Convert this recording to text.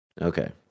Okay